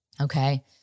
Okay